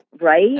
Right